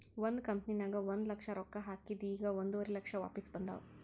ಒಂದ್ ಕಂಪನಿನಾಗ್ ಒಂದ್ ಲಕ್ಷ ರೊಕ್ಕಾ ಹಾಕಿದ್ ಈಗ್ ಒಂದುವರಿ ಲಕ್ಷ ವಾಪಿಸ್ ಬಂದಾವ್